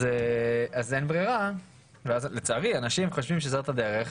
אין ברירה ולצערי אנשים חושבים שזו הדרך,